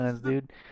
dude